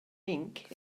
ink